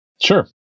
Sure